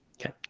Okay